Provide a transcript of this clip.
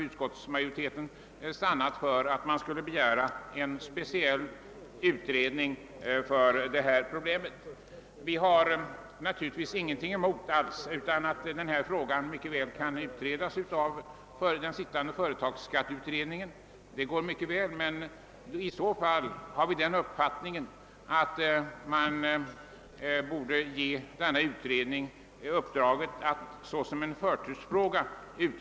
Utskottsmajoriteten har därför stannat för att begära en speciell utredning. Vi har naturligtvis ingenting emot att frågan behandlas av den sittande företagsskatteutredningen, men utredningen bör i så fall få i uppdrag att behandla problemet med förtur.